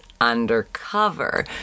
undercover